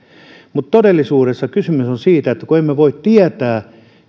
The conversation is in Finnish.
vaan todellisuudessa kysymys on siitä että emme voi tietää